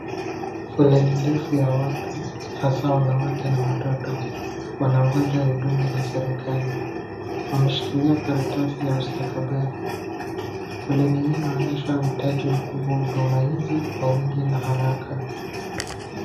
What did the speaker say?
Foleni ndefu ya watu hasaa wanawake na watoto wanangoja huduma za serikali. Wameshikilia karatasi ya stakabadhi. Foleni hii inaonyesha uhitaji mkubwa wa huduma hizi kwa wengine na haraka.